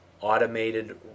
Automated